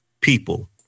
people